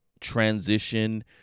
transition